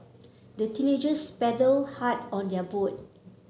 the teenagers paddled hard on their boat